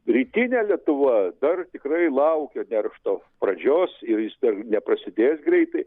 rytinė lietuva dar tikrai laukia neršto pradžios ir jis dar neprasidės greitai